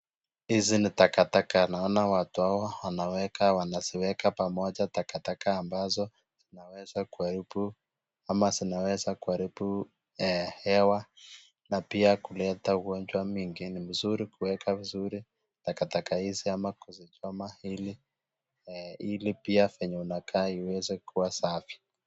Hizi ni taktaka naona watu hawa wanaziweka pamoja takataka ambazo zinaweza kuharibu ama zinaweza kuharibu hewa na pia kuleta magonjwa mengi. Pia ni vizuri takataka izi ama kuzichoma ili pia penye unakaa iweze kukaa safi.